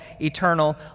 eternal